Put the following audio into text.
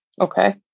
Okay